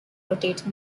rotate